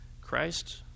Christ